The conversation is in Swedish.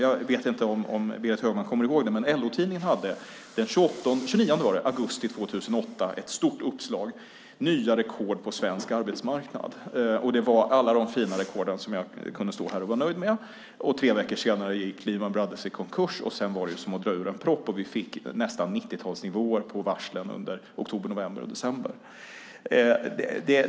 Jag vet inte om Berit Högman kommer ihåg det, men LO-Tidningen hade den 29 augusti 2008 ett stort uppslag om nya rekord på svensk arbetsmarknad, och det var alla de fina rekorden som jag kunde stå här och vara nöjd med. Tre veckor senare gick Lehman Brothers i konkurs, och sedan var det som att dra ur en propp och vi fick nästan 90-talsnivåer på varslen under oktober, november och december.